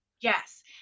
Yes